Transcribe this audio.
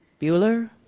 Bueller